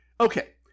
Okay